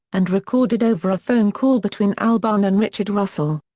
and recorded over a phone call between albarn and richard russell.